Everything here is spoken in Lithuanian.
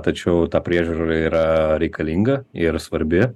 tačiau ta priežiūra yra reikalinga ir svarbi